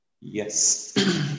Yes